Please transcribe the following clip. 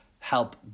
help